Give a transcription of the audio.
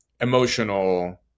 emotional